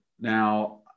Now